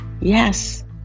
Yes